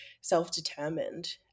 self-determined